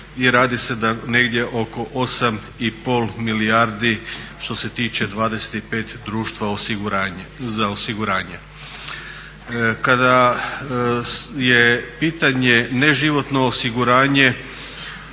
I radi se negdje oko 8,5 milijardi što se tiče 25 društva za osiguranje. Kada je pitanje neživotno osiguranje